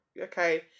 Okay